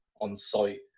on-site